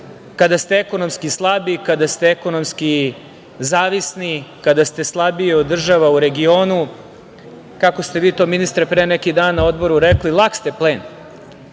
kada ste ekonomski slabi, kada ste ekonomski zavisni, kada ste slabiji od država u regionu, kako ste vi to ministre pre neki dan na Odboru rekli - lak ste plen